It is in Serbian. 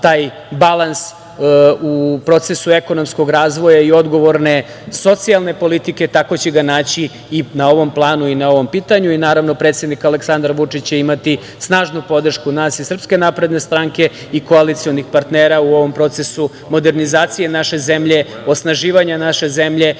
taj balans u procesu ekonomskog razvoja i odgovorne socijalne politike, tako će ga naći i na ovom planu i na ovom pitanju. I, naravno, predsednik Aleksandar Vučić će imati snažnu podršku nas iz SNS i koalicionih partnera u ovom procesu modernizacije naše zemlje, osnaživanja naše zemlje